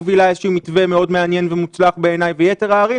מובילה איזשהו מתווה מאוד מעניין ומוצלח בעיניי ועם יתר הערים.